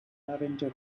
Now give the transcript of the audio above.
lavender